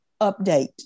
update